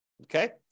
Okay